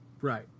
right